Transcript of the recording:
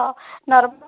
ହଉ ନର୍ମାଲ୍